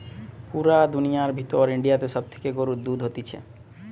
পুরা দুনিয়ার ভিতর ইন্ডিয়াতে সব থেকে গরুর দুধ হতিছে